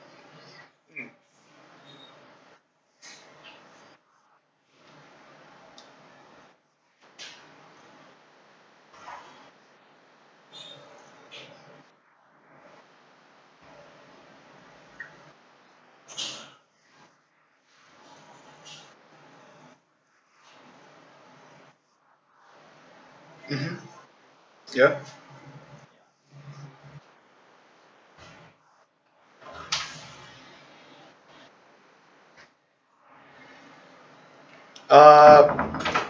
ya ah